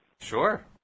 Sure